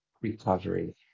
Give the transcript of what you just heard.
recovery